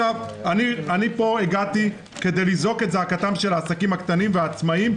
אני הגעתי לפה כדי לזעוק את זעקתם של העסקים הקטנים והעצמאים,